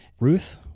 Ruth